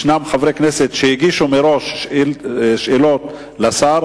ישנם חברי כנסת שהגישו מראש שאלות לשר,